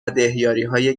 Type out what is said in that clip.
دهیاریهای